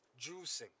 Juicing